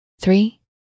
three